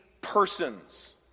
persons